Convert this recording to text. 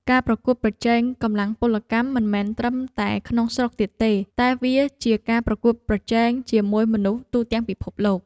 ការប្រកួតប្រជែងកម្លាំងពលកម្មមិនមែនត្រឹមតែក្នុងស្រុកទៀតទេ តែវាជាការប្រកួតប្រជែងជាមួយមនុស្សទូទាំងពិភពលោក។